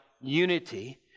unity